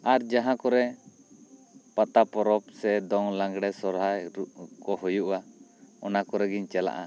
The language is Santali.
ᱟᱨ ᱡᱟᱦᱟᱸ ᱠᱚᱨᱮ ᱯᱟᱛᱟ ᱯᱚᱨᱚᱵᱽ ᱥᱮ ᱫᱚᱝ ᱞᱟᱜᱽᱲᱮ ᱥᱚᱦᱚᱨᱟᱭ ᱠᱚ ᱦᱩᱭᱩᱜᱼᱟ ᱚᱱᱟ ᱠᱚᱨᱮ ᱜᱮᱧ ᱪᱟᱞᱟᱜᱼᱟ